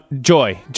Joy